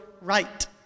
right